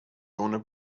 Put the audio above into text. owner